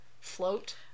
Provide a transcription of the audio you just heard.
float